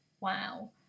Wow